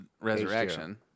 Resurrection